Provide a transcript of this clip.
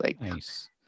Nice